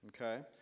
Okay